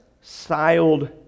styled